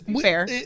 Fair